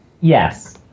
Yes